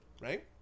Right